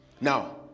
Now